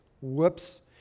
Whoops